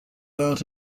out